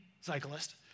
cyclist